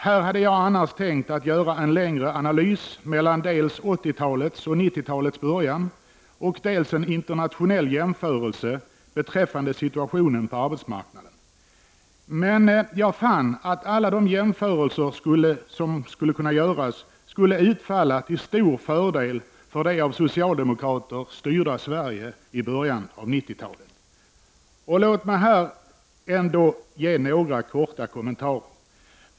Här hade jag annars tänkt göra en längre analys av dels 80-talets och 90-talets början, dels en internationell jämförelse beträffande situationen på arbetsmarknaden. Men jag fann att alla de jämförelser som skulle kunna göras, skulle utfalla till stor fördel för det av socialdemokrater styrda Sverige i början av 90-talet. Låt mig här ändå ge några korta kommentarer.